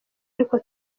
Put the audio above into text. ariko